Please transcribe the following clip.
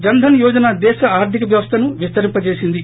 జన్ ధన్ యోజన దేశ ఆర్గిక వ్యవస్థను విస్తరింప జేసింది